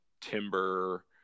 timber